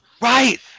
right